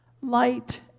light